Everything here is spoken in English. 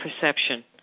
perception